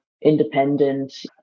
independent